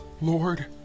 Lord